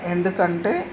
ఎందుకంటే